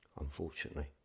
unfortunately